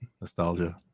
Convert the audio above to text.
nostalgia